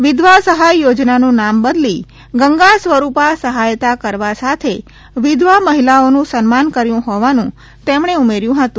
વિધવા સહાય યોજનાનું નામ બદલી ગંગા સ્વરૂપા સહાયતા કરવા સાથે વિધવા મહિલાઓનું સન્માન કર્યુ હોવાનું તેમણે ઉમેર્યું હતું